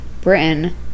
Britain